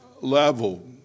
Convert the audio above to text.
level